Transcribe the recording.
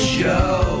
show